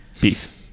Beef